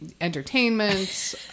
entertainment